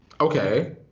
Okay